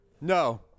No